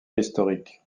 historique